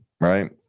Right